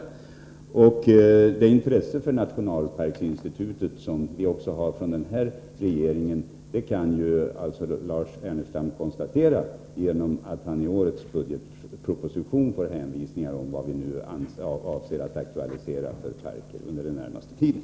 Att också den här regeringen intresserar sig för nationalparksinstitutet kan Lars Ernestam konstatera genom att läsa årets budgetproposition, där det aviseras vilka parker vi avser att aktualisera under den närmaste tiden.